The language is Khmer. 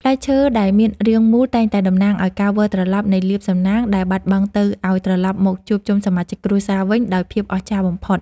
ផ្លែឈើដែលមានរាងមូលតែងតែតំណាងឱ្យការវិលត្រឡប់នៃលាភសំណាងដែលបាត់បង់ទៅឱ្យត្រឡប់មកជួបជុំសមាជិកគ្រួសារវិញដោយភាពអស្ចារ្យបំផុត។